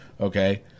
Okay